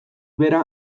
bere